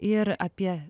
ir apie